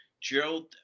Gerald